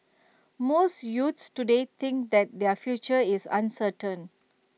most youths today think that their future is uncertain